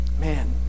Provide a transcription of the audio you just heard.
Man